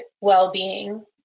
well-being